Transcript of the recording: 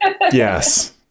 Yes